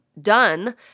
done